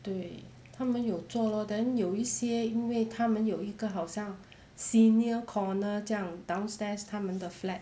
对他们有做 lor then 有一些因为他们有一个好像 senior corner 这样 downstairs 他们的 flat